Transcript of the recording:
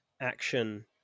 action